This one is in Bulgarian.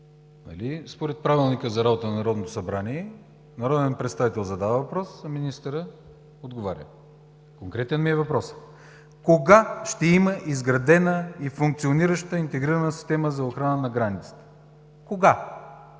организацията и дейността на Народното събрание народен представител задава въпрос, а министърът отговаря? Въпросът ми е конкретен: Кога ще има изградена и функционираща интегрирана система за охрана на границата? Кога?